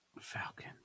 Falcons